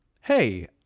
hey